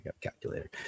calculator